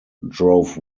drove